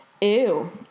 Ew